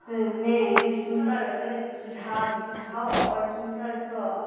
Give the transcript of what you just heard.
मे सुन्दर सुझाव सुझाव आओर सुन्दर सऽ